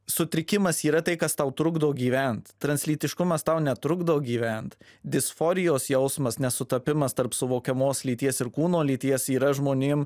sutrikimas yra tai kas tau trukdo gyvent translytiškumas tau netrukdo gyvent disforijos jausmas nesutapimas tarp suvokiamos lyties ir kūno lyties yra žmonėm